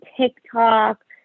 TikTok